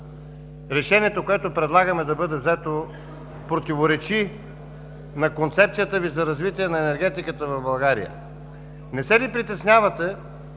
решението, което предлагаме да бъде взето, противоречи на концепцията Ви за развитие на енергетиката в България? Не се ли притеснявате,